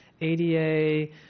ADA